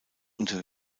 unter